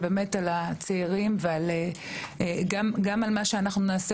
זה באמת על הצעירים ועל גם על מה שאנחנו נעשה